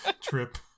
trip